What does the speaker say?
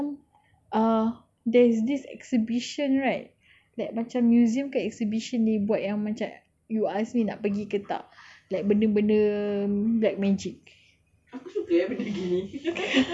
oh that time kan ada yang macam ah there's this exhibition right that macam museum kan exhibition dia buat yang macam you asked me nak pergi ke tak like benda-benda black magic